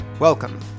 Welcome